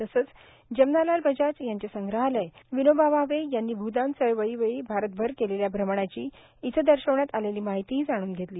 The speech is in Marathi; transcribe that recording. तसेच जमनालाल बजाज यांचे संग्रहालय आणि विनोबा भावे यांनी भूदान चळवळी वेळी भारतभर केलेल्या भ्रमणाची येथे दर्शविण्यात आलेली माहिती जाणून घेतली